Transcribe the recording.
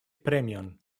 premion